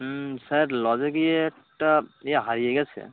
হুম sir লজে গিয়ে একটা এ হারিয়ে গেছে